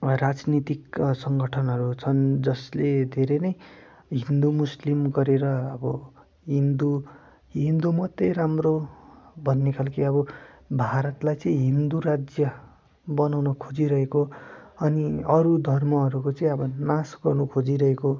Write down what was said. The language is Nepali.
राजनीतिक सङ्गठनहरू छन् जसले धेरै नै हिन्दू मुस्लिम गरेर अब हिन्दु हिन्दू मात्रै राम्रो भन्ने ख्गलाको अब भारतलाई चाहिँ हिन्दू राज्य बनाउन खोजिरहेको अनि अरू धर्महरूको चाहिँ अब नाश गर्नु खोजिरहेको